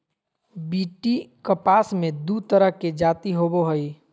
BT कपास मे दू तरह के जाति होबो हइ